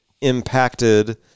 impacted